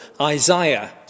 Isaiah